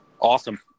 Awesome